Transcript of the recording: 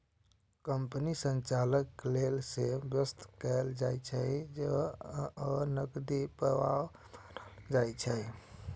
कंपनीक संचालन लेल जे व्यय कैल जाइ छै, ओ नकदी प्रवाह मानल जाइ छै